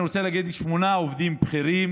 אני רוצה להגיד שיש שמונה עובדים בכירים,